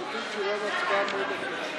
אנחנו רוצים תשובה והצבעה במועד אחר.